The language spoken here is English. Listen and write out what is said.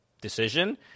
decision